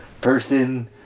person